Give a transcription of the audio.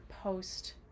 post